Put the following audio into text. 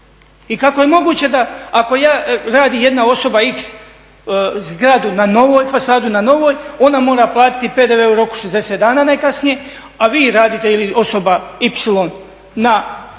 i kako je moguće da ako radi jedna osoba x zgradu, fasadu na novoj, ona mora platiti PDV u roku 60 dana najkasnije, a vi radite ili osoba y na